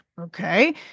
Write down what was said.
okay